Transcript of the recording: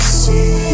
see